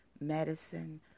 medicine